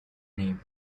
name